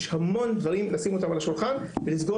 יש המון דברים לשים על השולחן ולסגור